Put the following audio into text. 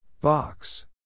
Box